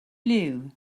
liw